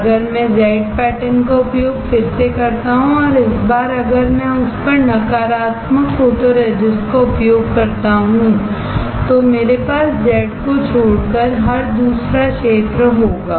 अगर मैं Z pattern का उपयोग फिर से करता हूं और इस बार अगर मैं उस पर नकारात्मक फोटोरेसिस्ट का उपयोग करता हूं तो मेरे पास Z को छोड़कर हर दूसरा क्षेत्र होगा